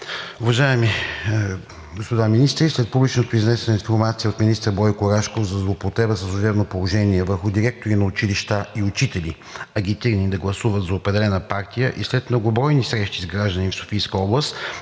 Уважаеми господа министри, след публично изнесената информация от министър Бойко Рашков за злоупотреба със служебно положение върху директори на училища и учители, агитирани да гласуват за определена партия, и след многобройни срещи с граждани в Софийска област